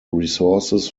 resources